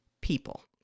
people